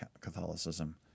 Catholicism